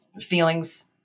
feelings